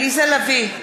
עליזה לביא,